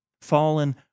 fallen